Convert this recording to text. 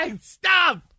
Stop